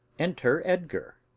enter edgar.